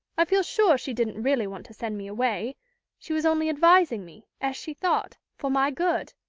i feel sure she didn't really want to send me away she was only advising me, as she thought, for my good.